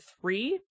three